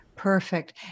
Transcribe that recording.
Perfect